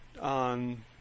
on